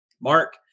Mark